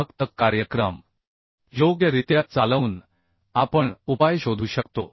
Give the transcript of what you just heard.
फक्त कार्यक्रम योग्यरित्या चालवून आपण उपाय शोधू शकतो